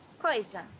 Coisa